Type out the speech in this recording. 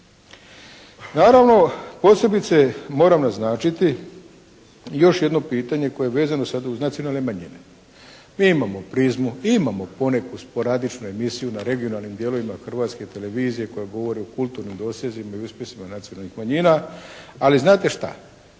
Naravno, posebice moram naznačiti još jedno pitanje koje je vezano sad uz nacionalne manjine. Mi imamo "Prizmu", imamo poneku sporadičnu emisiju na regionalnim dijelovima Hrvatske televizije koja govori o kulturnim dosezima i uspjesima nacionalnih manjina, ali znate šta?